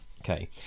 Okay